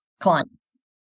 clients